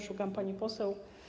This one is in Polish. Szukam pani poseł.